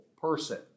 person